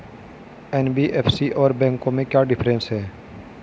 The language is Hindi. एन.बी.एफ.सी और बैंकों में क्या डिफरेंस है?